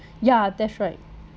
ya that's right